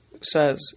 Says